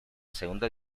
segunda